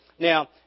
Now